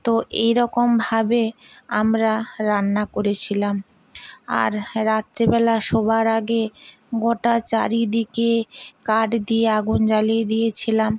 তো এইরকমভাবে আমরা রান্না করেছিলাম আর রাত্রিবেলা শোবার আগে গোটা চারিদিকে কাঠ দিয়ে আগুন জ্বালিয়ে দিয়েছিলাম